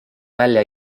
välja